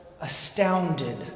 astounded